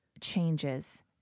changes